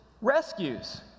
rescues